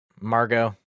Margot